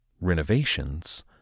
renovations